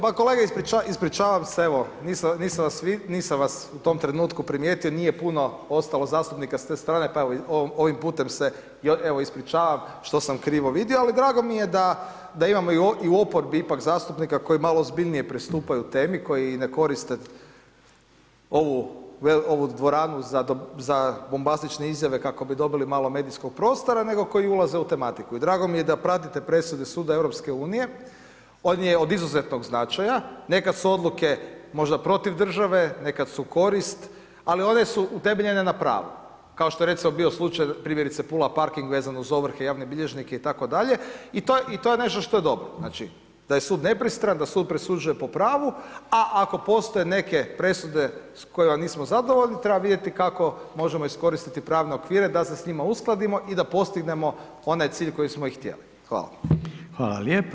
Pa kolega, ispričavam se, evo, nisam vas u tom trenutku primijetio, nije puno ostalo zastupnika s te strane, pa evo, ovim putem se evo, ispričavam što sam krivo vidio, ali drago mi je da, da imamo i u oporbi ipak zastupnika koji malo ozbiljnije pristupaju temi, koji ne koriste ovu dvoranu za bombastične izjave kako bi dobili malo medijskog prostora, nego koji ulaze u tematiku i drago mi je da pratite presude suda EU, on je od izuzetnog značaja, nekad su odluke možda protiv države, nekad su korist, ali one su utemeljene na pravu, kao što je recimo bio slučaj primjerice Pula parking vezano uz ovrhe, javne bilježnike itd. i to je nešto što je dobro, znači, da je sud nepristran, da sud presuđuje po pravu, a ako postoje neke presude s kojima nismo zadovoljni, treba vidjeti kako možemo iskoristiti pravne okvire da se s njima uskladimo i da postignemo onaj cilj koji smo i htjeli, hvala.